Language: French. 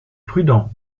prudent